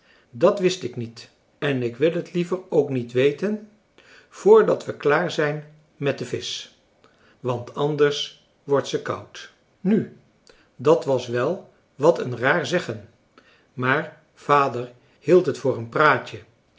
dat wist ik niet en ik wil het liever ook niet weten voordat we klaar zijn met de visch want anders wordt zij koud nu dat was wel wat een raar zeggen maar vader hield het voor een praatje